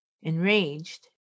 enraged